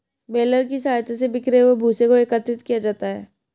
baler की सहायता से बिखरे हुए भूसे को एकत्रित किया जाता है